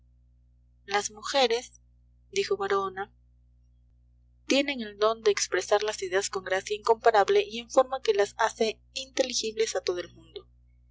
las mujeres dijo baraona tienen el don de expresar las ideas con gracia incomparable y en forma que las hace inteligibles a todo el mundo